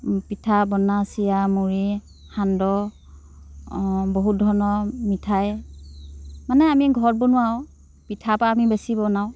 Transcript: পিঠা পনা চিৰা মুৰি সান্দহ বহুত ধৰণৰ মিঠাই মানে আমি ঘৰত বনোৱা আৰু পিঠা পানি আমি বেছি বনাওঁ